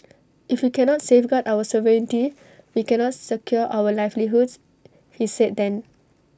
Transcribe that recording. if we cannot safeguard our sovereignty we cannot secure our livelihoods he said then